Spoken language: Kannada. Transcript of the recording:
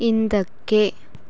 ಹಿಂದಕ್ಕೆ